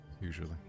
Usually